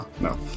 No